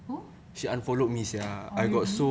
who oh really